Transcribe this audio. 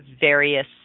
various